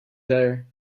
there